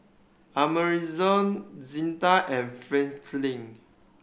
Amerigo Zetta and Franklin